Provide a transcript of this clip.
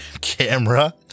camera